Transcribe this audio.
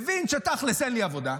מבין שתכלס אין לי עבודה.